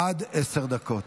התשפ"ד 2023,